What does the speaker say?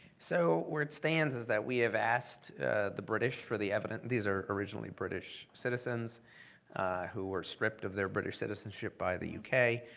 so where it stands is that we have asked the british for the evidence. these are originally british citizens who were stripped of their british citizenship by the uk,